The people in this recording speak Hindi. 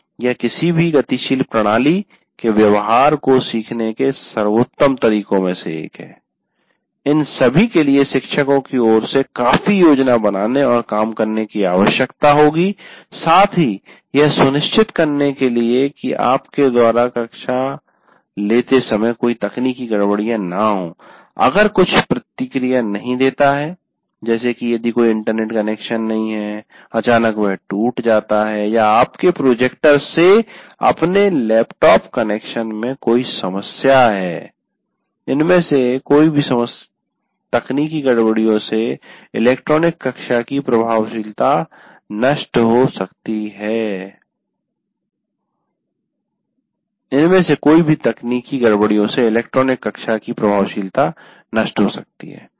यह किसी भी गतिशील प्रणाली के व्यवहार को सीखने के सर्वोत्तम तरीके में से एक है इन सभी के लिए शिक्षकों की ओर से भी काफी योजना बनाने और काम करने की आवश्यकता होगी साथ ही यह सुनिश्चित करने के लिए कि आपके द्वारा कक्षा लेते समय कोई तकनीकी गड़बड़ियां न हों अगर कुछ प्रतिक्रिया नहीं देता है जैसे कि यदि कोई इंटरनेट कनेक्शन नहीं है अचानक वह टूट जाता है या आपको प्रोजेक्टर से अपने लैपटॉप कनेक्शन में कोई समस्या है इनमे से कोई भी तकनीकी गड़बड़ियों से इलेक्ट्रॉनिक कक्षा की प्रभावशीलता नष्ट हो सकती है